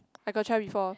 I got try before